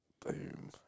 Boom